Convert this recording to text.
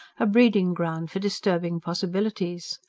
a breeding-ground for disturbing possibilities.